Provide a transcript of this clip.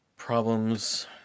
Problems